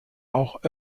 auch